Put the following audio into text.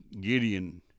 Gideon